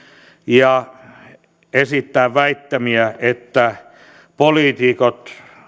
ja esittää väittämiä että poliitikot